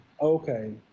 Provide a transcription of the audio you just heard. okay